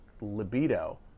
libido